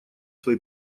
свои